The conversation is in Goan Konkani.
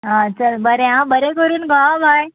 हा चल बरें आं बरें करून गो आं बाय